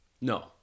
No